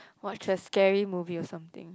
watch the scary movie or something